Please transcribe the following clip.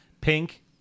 Pink